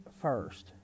first